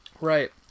Right